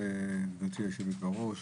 גברתי היושבת-בראש,